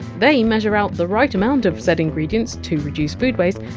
they measure out the right amount of said ingredients, to reduce food waste.